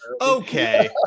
okay